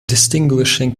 distinguishing